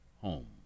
home